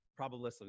probabilistically